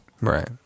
Right